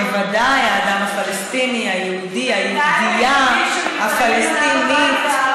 האדם הפלסטיני, מגיעות לו